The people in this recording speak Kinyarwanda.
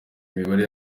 imibare